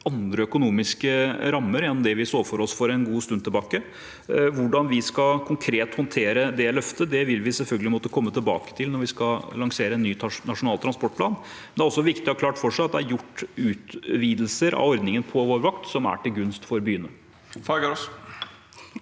andre økonomiske rammer enn det vi så for oss for en god stund tilbake. Hvordan vi konkret skal håndtere det løftet, vil vi selvfølgelig måtte komme tilbake til når vi skal lansere en ny nasjonal transportplan. Det er også viktig å ha klart for seg at det er gjort utvidelser av ordningen på vår vakt som er til gunst for byene.